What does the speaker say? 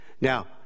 Now